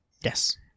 yes